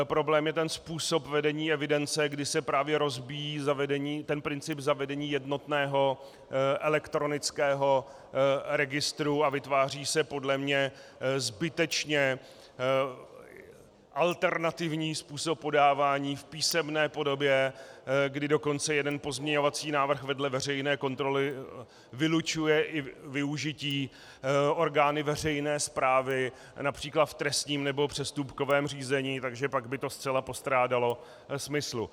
Problém je způsob vedení evidence, kdy se právě rozbíjí ten princip zavedení jednotného elektronického registru a vytváří se podle mne zbytečně alternativní způsob podávání v písemné podobě, kdy dokonce jeden pozměňovací návrh vedle veřejné kontroly vylučuje i využití orgány veřejné správy například v trestním nebo přestupkovém řízení, takže pak by to zcela postrádalo smyslu.